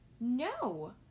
No